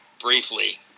briefly